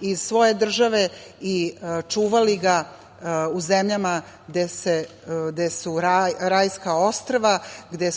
iz svoje države i čuvali ga u zemljama gde su rajska ostrva, gde